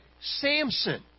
Samson